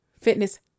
Fitness